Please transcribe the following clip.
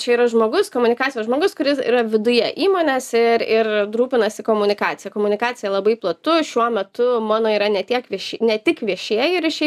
čia yra žmogus komunikacijos žmogus kuris yra viduje įmonės ir ir rūpinasi komunikacija komunikacija labai platu šiuo metu mano yra ne tiek vieši ne tik viešieji ryšiai